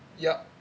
yup